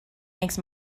makes